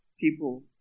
people